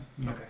Okay